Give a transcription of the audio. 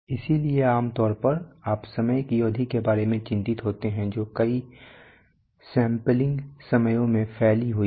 इसलिए आम तौर पर आप समय की अवधि के बारे में चिंतित होते हैं जो कई सैंपलिंग समयों में फैली हुई है